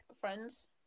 friends